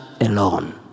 alone